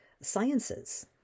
sciences